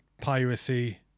piracy